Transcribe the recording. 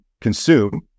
consume